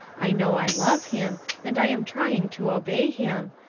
i know i love him and i am trying to obey him,